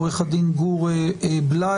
עורך הדין גור בליי.